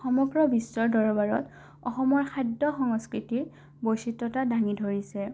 সমগ্ৰ বিশ্বৰ দৰবাৰত অসমৰ খাদ্য সংস্কৃতিৰ বৈচিত্ৰতা দাঙি ধৰিছে